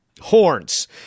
horns